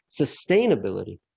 sustainability